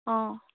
অ'